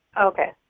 Okay